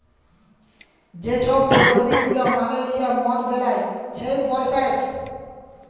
যে ছব পদ্ধতি গুলা মালে লিঁয়ে মদ বেলায় সেই পরসেসট